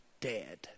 dead